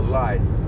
life